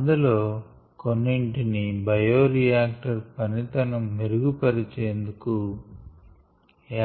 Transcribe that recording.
అందులో కొన్నింటిని బయోరియాక్టర్ పనితనం మెరుగు పరిచేందుకు